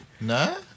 no